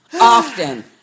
Often